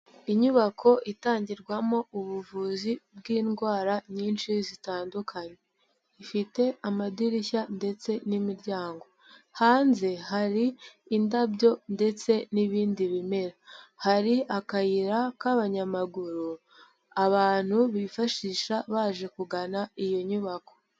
Inyubako itangirwamo ubuvuzi bw'indwara nyinshi zitandukanye, ifite amadirishya ndetse n'imiryango, hanze hari indabyo ndetse n'ibindi bimera, hari akayira k'abanyamaguru, abantu bifashisha baje kugana iyo nyubako.